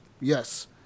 yes